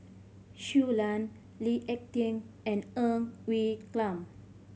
Shui Lan Lee Ek Tieng and Ng Quee Lam